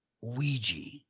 Ouija